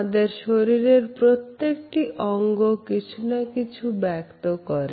আমাদের শরীরের প্রত্যেকটি অঙ্গ কিছু না কিছু ব্যক্ত করে